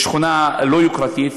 שכונה לא יוקרתית,